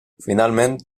finalment